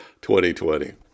2020